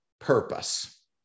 purpose